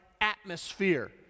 atmosphere